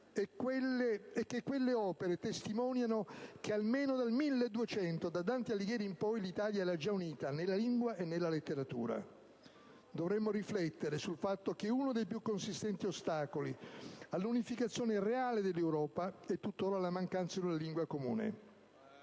è che quelle opere testimoniano che almeno dal 1200, da Dante Alighieri in poi, l'Italia era già unita nella lingua e nella letteratura. Dovremmo riflettere sul fatto che uno dei più consistenti ostacoli all'unificazione reale dell'Europa è tuttora la mancanza di una lingua comune.